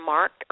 Mark